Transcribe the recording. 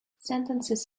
sentences